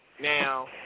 Now